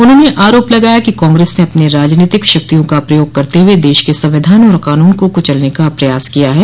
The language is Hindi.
उन्होंने आरोप लगाया कि कांग्रेस ने अपनी राजनीतिक शक्तियों का प्रयोग करते हुए देश के संविधान और कानून को कुचलने का प्रयास किया है